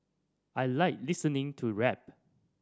I like listening to rap